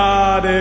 God